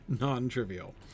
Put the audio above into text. non-trivial